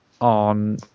on